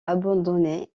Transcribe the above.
abandonné